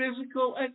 physical